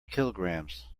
kilograms